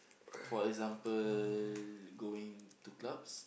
for example going to clubs